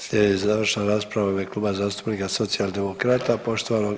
Slijedi završna rasprava u ime Kluba zastupnika Socijaldemokrata poštovanog